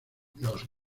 los